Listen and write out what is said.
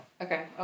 okay